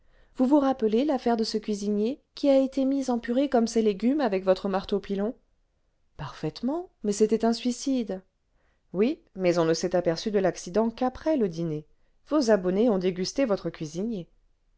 vous vous rappelez l'affaire de ce cuisinier qui a été mis en purée comme ses légumes avec votre marteau pilon parfaitement mais c'était un suicide oui mais on ne s'est aperçu de l'accident qu'après le dîner vos abonnés ont dégusté votre cuisinier